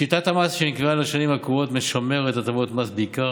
שיטת המס שנקבעה לשנים הקרובות משמרת הטבות מס בעיקר